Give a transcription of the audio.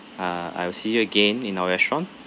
uh I will see you again in our restaurant